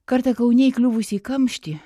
kartą kaune įkliuvusi į kamštį